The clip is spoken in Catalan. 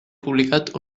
publicat